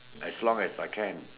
as long as I can